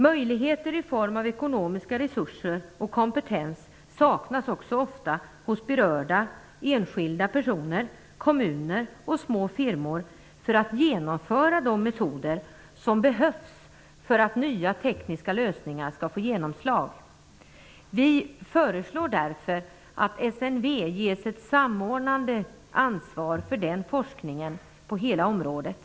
Möjligheter i form av ekonomiska resurser och kompetens för att genomföra de metoder som behövs för att nya tekniska lösningar skall få genomslag saknas också ofta hos berörda enskilda personer, kommuner och små firmor. Vi föreslår därför att SNV ges ett samordnande ansvar för den forskningen på hela området.